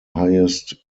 highest